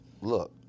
look